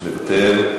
מוותר.